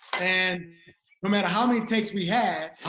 and but matter how many takes we had.